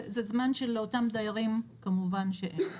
זה זמן שלאותם דיירים כמובן שאין.